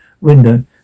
window